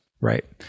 Right